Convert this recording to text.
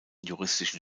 juristischen